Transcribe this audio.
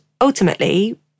ultimately